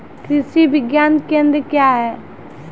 कृषि विज्ञान केंद्र क्या हैं?